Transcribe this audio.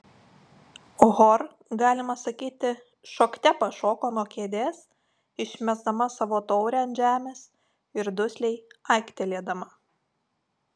hor galima sakyti šokte pašoko nuo kėdės išmesdama savo taurę ant žemės ir dusliai aiktelėdama